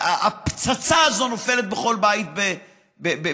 והפצצה הזאת נופלת בכל בית בישראל.